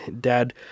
dad